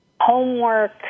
homework